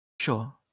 Sure